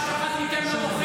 לאן הגעתם?